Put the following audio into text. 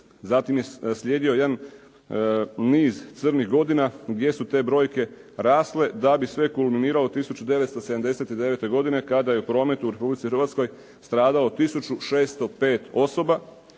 zatim je slijedio jedan niz crnih godina gdje su te brojke raste da bi sve kulminiralo 1979. godine kada je u prometu u Republici Hrvatskoj stradalo 1605 osoba